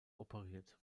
operiert